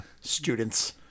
students